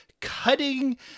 cutting